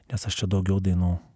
nes aš čia daugiau dainų